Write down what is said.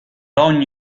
ogni